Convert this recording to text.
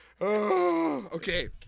Okay